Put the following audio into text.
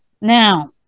now